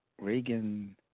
Reagan